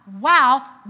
Wow